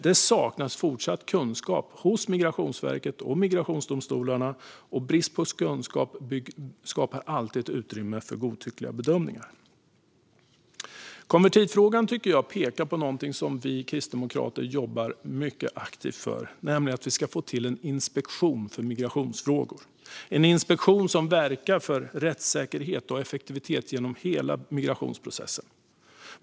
Det saknas fortfarande kunskap hos Migrationsverket och migrationsdomstolarna, och brist på kunskap skapar alltid ett utrymme för godtyckliga bedömningar. Konvertitfrågan pekar på något som vi kristdemokrater jobbar mycket aktivt för, nämligen att vi ska få till en inspektion för migrationsfrågor. Det skulle vara en inspektion som verkar för rättssäkerhet och effektivitet genom hela migrationsprocessen.